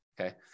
okay